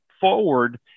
forward